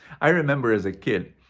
i remember, as a kid,